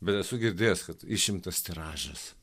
bet esu girdėjęs kad išimtas tiražas